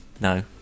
No